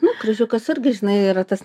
nu kryžiukas irgi žinai yra tas